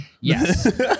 Yes